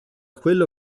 quello